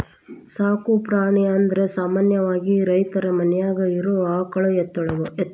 ಸಾಕು ಪ್ರಾಣಿ ಅಂದರ ಸಾಮಾನ್ಯವಾಗಿ ರೈತರ ಮನ್ಯಾಗ ಇರು ಆಕಳ ಎತ್ತುಗಳು